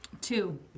Two